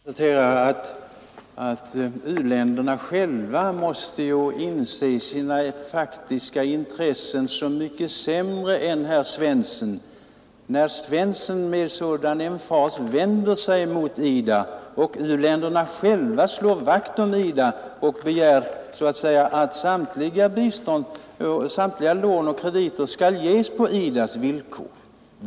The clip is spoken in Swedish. Herr talman! Det verkar som om u-länderna själva måste inse sina faktiska intressen så mycket sämre än herr Svensson i Malmö. Denna vänder sig med sådan emfas mot IDA, medan u-länderna själva slår vakt om IDA och begär att samtliga lån och krediter skall ges på IDA :s villkor.